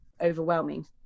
overwhelming